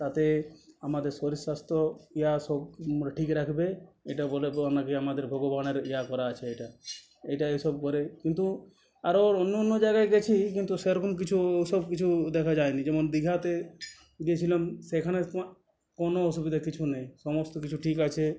তাতে আমাদের শরীর স্বাস্থ্য সব ঠিক রাখবে এটা বলার পর নাকি আমাদের ভগবানের ইয়ে করা আছে এটা এটা এসব করে কিন্তু আরো ওর অন্য অন্য জায়গায় গিয়েছি কিন্তু সেরকম কিছু ওসব কিছু দেখা যায়নি যেমন দীঘাতে গিয়েছিলাম সেখানে কোনো অসুবিধে কিছু নেই সমস্ত কিছু ঠিক আছে